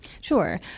Sure